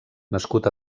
nascut